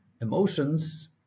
Emotions